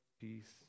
peace